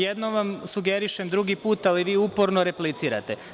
Jednom vam sugerišem, drugi put, ali vi uporno replicirate.